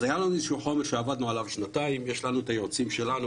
הייתה לנו איזו חומש שעבדנו עליה שנתיים יש לנו את היועצים שלנו,